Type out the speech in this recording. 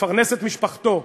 לפרנס את משפחתו,